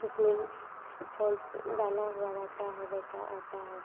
उसमें फ़ॉन्ट्स डाला हुआ रहता है वैसा आता है